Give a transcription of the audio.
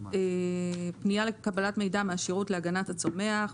פניה לקבלת מידע מהשירות להגנת הצומח,